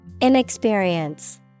Inexperience